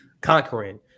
conquering